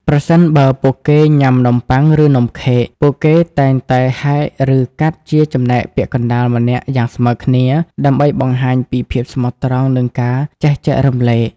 ប្រសិនបើពួកគេញ៉ាំនំប៉័ង ឬនំខេក ពួកគេតែងតែហែក ឬកាត់ជាចំណែកពាក់កណ្ដាលម្នាក់យ៉ាងស្មើគ្នា ដើម្បីបង្ហាញពីភាពស្មោះត្រង់ និងការចេះចែករំលែក។